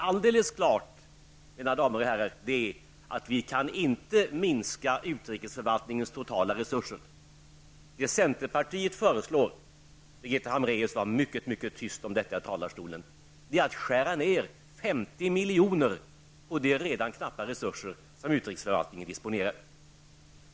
Alldeles klart är, mina damer och herrar, att vi inte kan minska utrikesförvaltningens totala resurser. Hambraeus var mycket tyst om detta i talarstolen -- är att skära ner 50 milj. på de redan knappa resurser som utrikesförvaltningen disponerar.